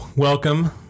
Welcome